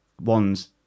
ones